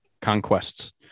conquests